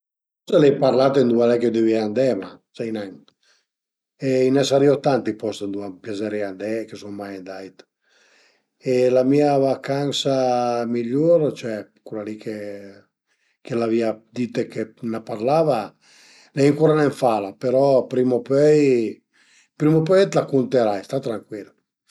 Forse l'ai parlate dë ëndua dëvìa andé ma sai nen e a i ën sarìa tanti post ëndua a m'piazarìa andé, che sun mai andait e la mia vacansa migliur, cioè cula li ch'a l'avìa dite che ën parlava l'ai ancura nen fala, però prima o pöi, prima o pöi t'la cunterai, sta trancuil